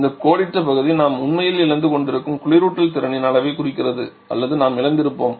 இந்த கோடிட்ட பகுதி நாம் உண்மையில் இழந்து கொண்டிருக்கும் குளிரூட்டல் திறனின் அளவைக் குறிக்கிறது அல்லது நாம் இழந்திருப்போம்